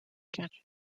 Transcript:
gadget